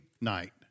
night